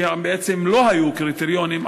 שבעצם לא היו קריטריונים,